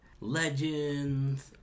legends